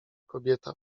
kobieta